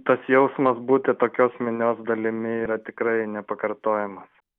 tas jausmas būti tokios minios dalimi yra tikrai nepakartojamas